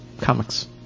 comics